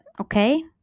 Okay